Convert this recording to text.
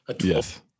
Yes